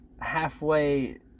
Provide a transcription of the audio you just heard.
Halfway